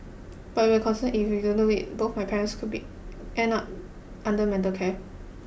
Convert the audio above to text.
but we're concerned if we don't do it both my parents could be end up under mental care